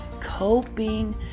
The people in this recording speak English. coping